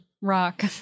rock